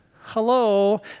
Hello